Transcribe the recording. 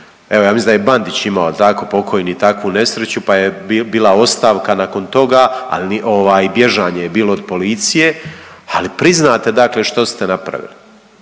Evo ja mislim da je Bandić imao jel tako pokojni takvu nesreću pa je bila ostavka nakon toga, al bježanje je bilo od policije, ali priznate što ste napravili,